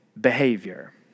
behavior